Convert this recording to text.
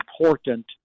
important